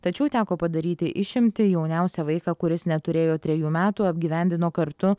tačiau teko padaryti išimtį jauniausią vaiką kuris neturėjo trejų metų apgyvendino kartu